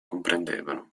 comprendevano